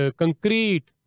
concrete